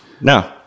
No